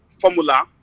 formula